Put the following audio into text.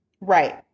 right